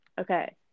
okay